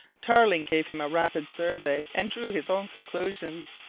tarling gave him a rapid survey and drew his own conclusions.